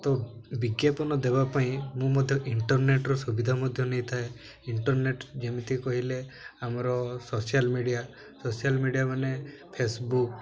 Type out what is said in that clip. ତ ବିଜ୍ଞାପନ ଦେବା ପାଇଁ ମୁଁ ମଧ୍ୟ ଇଣ୍ଟରନେଟର ସୁବିଧା ମଧ୍ୟ ନେଇଥାଏ ଇଣ୍ଟରନେଟ ଯେମିତି କହିଲେ ଆମର ସୋସିଆଲ ମିଡ଼ିଆ ସୋସିଆଲ ମିଡ଼ିଆ ମାନେ ଫେସବୁକ୍